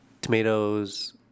tomatoes